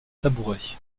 tabouret